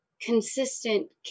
consistent